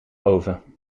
oven